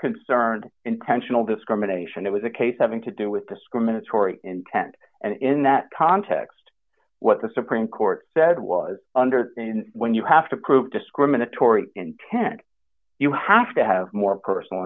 concerned intentional discrimination that was the case having to do with discriminatory intent and in that context what the supreme court said was under and when you have to prove discriminatory intent you have to have more personal